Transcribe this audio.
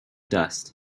dust